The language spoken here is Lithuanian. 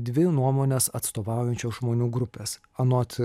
dvi nuomones atstovaujančios žmonių grupės anot